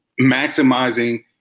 maximizing